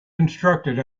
constructed